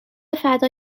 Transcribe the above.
فدا